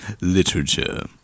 literature